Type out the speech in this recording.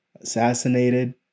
Assassinated